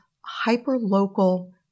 hyper-local